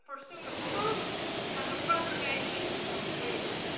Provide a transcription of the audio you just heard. pursuit of truth and the preservation of freedom.